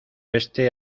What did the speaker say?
este